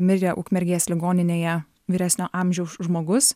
mirė ukmergės ligoninėje vyresnio amžiaus žmogus